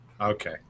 Okay